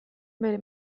bere